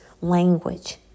language